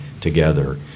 together